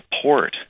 support